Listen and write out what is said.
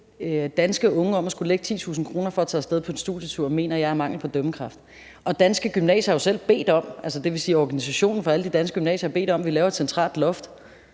danske unge om at skulle lægge 10.000 kr. for at tage af sted på en studietur mener jeg er mangel på dømmekraft, og Danske Gymnasier, det vil sige organisationen for alle de danske gymnasier, har jo selv bedt om, at vi laver et centralt loft.